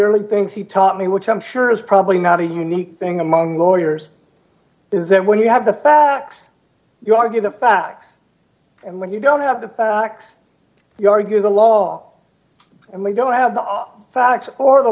early things he taught me which i'm sure is probably not a unique thing among lawyers is that when you have the facts you argue the facts and when you don't have the facts you argue the law and they don't have the facts or the